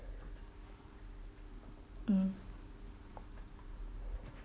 mm